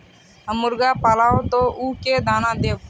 हम मुर्गा पालव तो उ के दाना देव?